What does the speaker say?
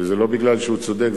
וזה לא בגלל שהוא צודק,